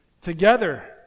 together